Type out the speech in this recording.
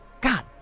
God